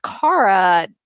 Kara